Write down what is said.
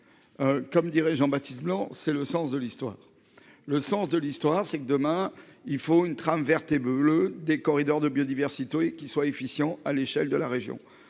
Comme dirait Jean Baptiste blanc, c'est le sens de l'histoire. Le sens de l'histoire c'est que demain, il faut une trame verte et bleue des corridors de biodiversité qui soient efficients, à l'échelle de la région.